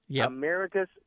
America's